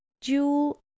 Jewel